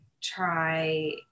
try